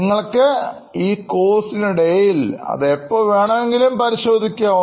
നിങ്ങൾക്ക് ഈ കോഴ്സിന് ഇടയിൽ അത് എപ്പോൾ വേണമെങ്കിലും പരിശോധിക്കാം